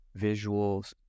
visuals